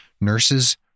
nurses